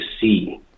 see